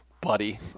buddy